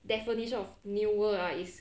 definition of newer ah is